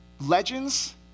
legends